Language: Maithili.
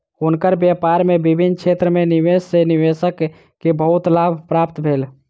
हुनकर व्यापार में विभिन्न क्षेत्र में निवेश सॅ निवेशक के बहुत लाभ प्राप्त भेल